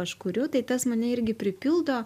aš kuriu tai tas mane irgi pripildo